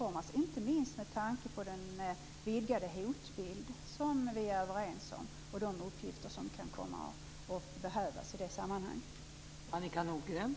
Detta skall göras inte minst med tanke på den vidgade hotbild som vi är överens om, och de uppgifter som kan komma att behövas i det sammanhanget.